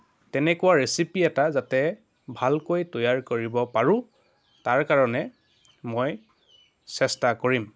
এনেকুৱা ৰেচিপি এটা যাতে ভালকৈ তৈয়াৰ কৰিব পাৰোঁ তাৰ কাৰণে মই চেষ্টা কৰিম